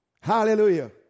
Hallelujah